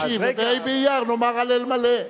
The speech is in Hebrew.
ובה' באייר נאמר "הלל" מלא.